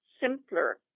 simpler